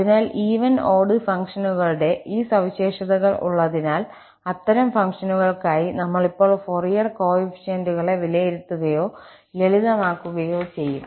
അതിനാൽ even odd ഫംഗ്ഷനുകളുടെ ഈ സവിശേഷതകൾ ഉള്ളതിനാൽ അത്തരം ഫംഗ്ഷനുകൾ ക്കായി നമ്മൾ ഇപ്പോൾ ഫൊറിയർ കോഎഫീഷ്യന്റ്കളെ വിലയിരുത്തുകയോ ലളിതമാക്കുകയോ ചെയ്യും